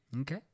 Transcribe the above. Okay